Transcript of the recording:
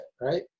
Right